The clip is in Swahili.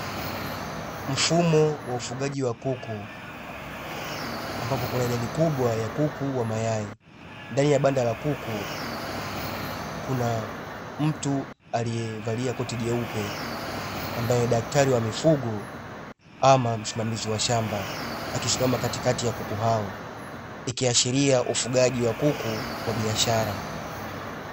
Mfumo wa ufugaji wa kuku ambapo kuna idadi kubwa ya kuku wa mayai ndani ya banda la kuku, kuna mtu aliyevalia koti jeupe ambaye ni daktari wa mifugo ama msimamizi wa shamba akisimama katikati ya kuku hao ikiashiria ufugaji wa kuku wa biashara.